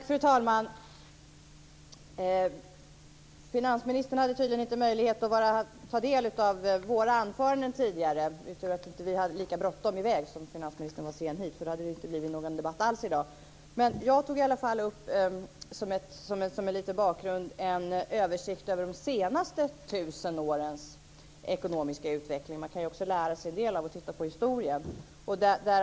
Fru talman! Finansministern hade tydligen inte möjlighet att ta del av våra anföranden tidigare. Det var tur att vi inte hade lika bråttom i väg härifrån som finansministern var sen hit, för då hade det inte blivit någon debatt alls i dag. Jag tog i alla fall som en liten bakgrund upp en översikt över de senaste tusen årens ekonomiska utveckling. Man kan ju också lära sig en del av att titta på historien.